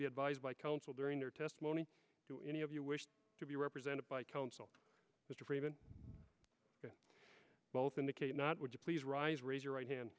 be advised by counsel during their testimony if you wish to be represented by counsel mr freeman both indicate not would you please rise raise your right hand